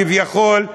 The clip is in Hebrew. כביכול,